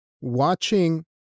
watching